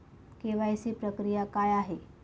KYC प्रक्रिया काय आहे?